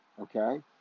Okay